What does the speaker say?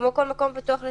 כמו כל מקום פתוח לציבור.